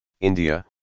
India